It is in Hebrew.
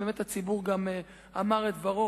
באמת, הציבור גם אמר את דברו.